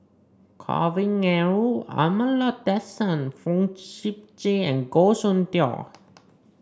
Kavignareru Amallathasan Fong Sip Chee and Goh Soon Tioe